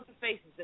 faces